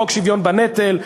חוק שוויון בנטל,